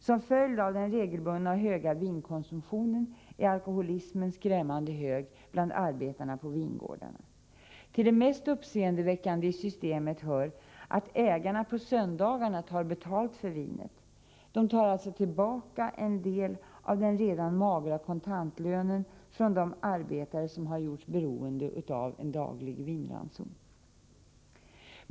Som följd av den regelbundna och höga vinkonsumtionen är alkoholismen skrämmande hög bland arbetarna på vingårdarna. Till det mest uppseendeväckande i systemet hör att ägarna på söndagarna tar betalt för vinet. De tar alltså tillbaka en del av den redan magra kontantlönen från de arbetare som har gjorts beroende av en daglig vinranson.